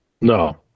no